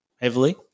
heavily